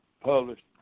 published